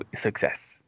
success